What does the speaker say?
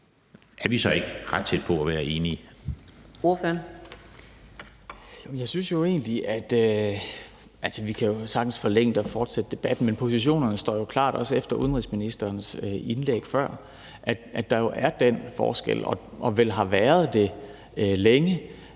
om vi så ikke er ret tæt på at være enige.